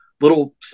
little